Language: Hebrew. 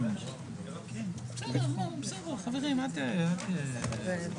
קודם כל, אני מקריאה את הנוסח